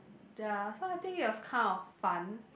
ya so I think it was kind of fun